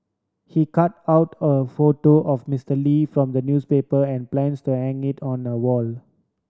he cut out a photo of Mister Lee from the newspaper and plans to hang it on the wall